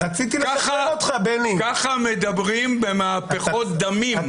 כך מדברים במהפכות דמים,